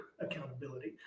accountability